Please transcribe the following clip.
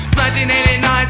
1989